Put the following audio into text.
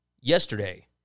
yesterday